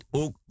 ook